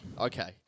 Okay